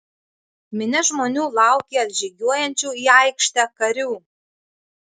minia žmonių laukė atžygiuojančių į aikštę karių